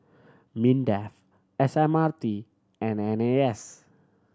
MINDEF S M R T and N A S